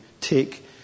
take